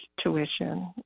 tuition